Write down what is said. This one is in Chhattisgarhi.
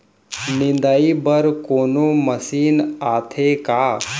निंदाई बर कोनो मशीन आथे का?